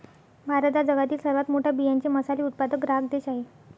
भारत हा जगातील सर्वात मोठा बियांचे मसाले उत्पादक ग्राहक देश आहे